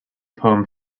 poem